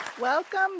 Welcome